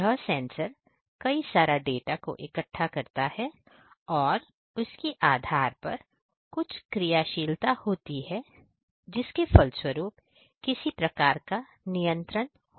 यह सेंसर कई सारा डाटा को इकट्ठा करता है और उसके आधार पर कुछ क्रियाशीलता होती है और फलस्वरुप किसी प्रकार का नियंत्रण भी होता है